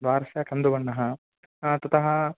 द्वारस्य कन्दुबण्णः ततः